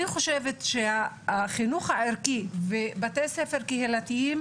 חינוך ערכי ובתי ספר קהילתיים